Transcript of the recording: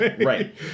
Right